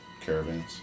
caravans